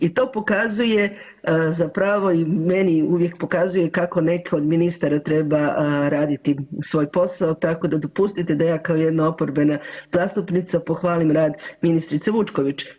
I to pokazuje zapravo i meni uvijek pokazuje kako neki od ministara treba raditi svoj posao, tako da dopustite da ja kao jedna oporbena zastupnica pohvalim rad ministrice Vučković.